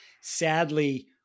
Sadly